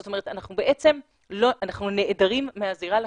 זאת אומרת אנחנו נעדרים מהזירה לחלוטין,